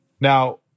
Now